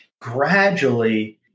gradually